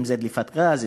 אם דליפת גז,